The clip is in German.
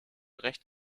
recht